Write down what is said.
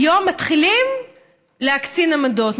היום מתחילים להקצין עמדות,